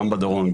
גם בדרום,